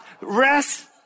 Rest